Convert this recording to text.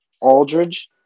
Aldridge